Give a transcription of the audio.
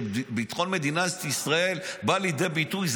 כשביטחון מדינת ישראל בא לידי ביטוי,